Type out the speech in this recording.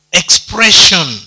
expression